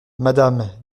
madame